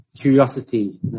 curiosity